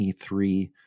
E3